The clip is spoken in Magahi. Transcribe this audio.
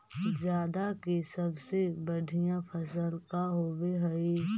जादा के सबसे बढ़िया फसल का होवे हई?